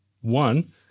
One